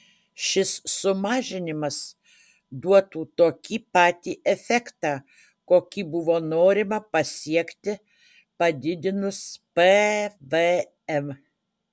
šis sumažinimas duotų tokį patį efektą kokį buvo norima pasiekti padidinus pvm